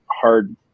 hard